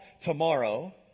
tomorrow